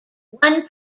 one